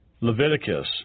Leviticus